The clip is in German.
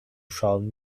schauen